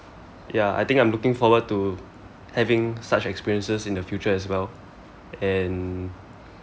ya I think I'm looking forward to having such experiences in the future as well and